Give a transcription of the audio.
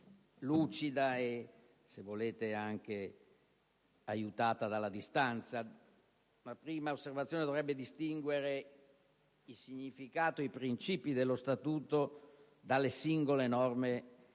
lucida e, se volete, anche aiutata dalla distanza, dovrebbe distinguere il significato e i principi dello Statuto dalle singole norme